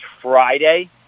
Friday